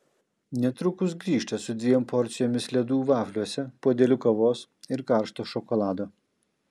netrukus grįžta su dviem porcijomis ledų vafliuose puodeliu kavos ir karšto šokolado